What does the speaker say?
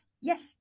Yes